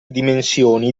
dimensioni